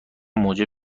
موجب